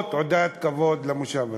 תעודת כבוד למושב הזה.